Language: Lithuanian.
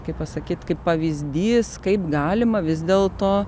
kaip pasakyt kaip pavyzdys kaip galima vis dėl to